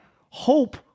hope